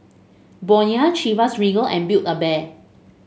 Bonia Chivas Regal and Build A Bear